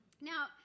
Now